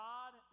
God